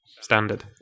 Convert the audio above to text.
standard